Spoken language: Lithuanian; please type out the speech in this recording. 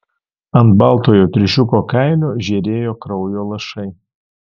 ant baltojo triušiuko kailio žėrėjo kraujo lašai